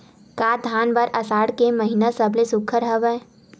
का धान बर आषाढ़ के महिना सबले सुघ्घर हवय?